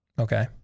okay